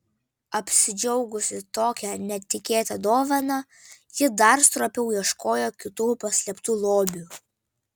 apsidžiaugusi tokia netikėta dovana ji dar stropiau ieškojo kitų paslėptų lobių